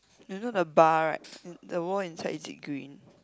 you know the bar right the wall inside is it green